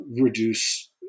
reduce